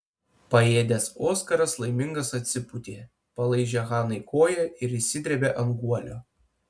paėdęs oskaras laimingas atsipūtė palaižė hanai koją ir išsidrėbė ant guolio